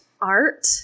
art